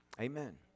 Amen